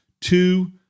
two